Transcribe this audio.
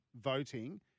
voting